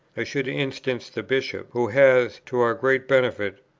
i should instance the bishop, who has, to our great benefit,